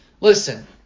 listen